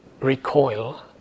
recoil